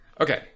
Okay